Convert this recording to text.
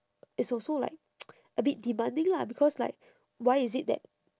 it's also like a bit demanding lah because like why is it that